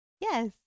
yes